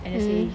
mm